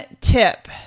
tip